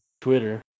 Twitter